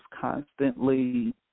constantly